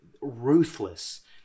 ruthless